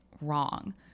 wrong